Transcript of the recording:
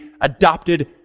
adopted